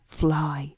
fly